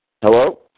hello